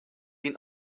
ihn